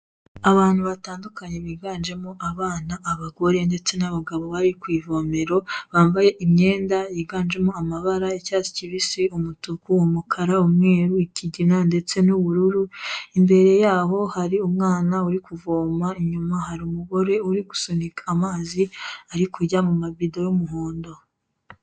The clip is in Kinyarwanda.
Abantu batandukanye biganjemo abana, abagore ndetse n'abagabo bari ku ivomero, bambaye imyenda yiganjemo amabara y'icyatsi kibisi, umutuku, umukara, umweru, ikigina ndetse n'ubururu, imbere yabo hari umwana uri kuvoma, inyuma hari umugore uri gusunika amazi ari kujya mu mabido y'umuhondo.